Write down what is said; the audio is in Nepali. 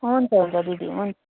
हुन्छ हुन्छ दिदी हुन्छ